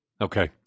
Okay